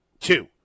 Two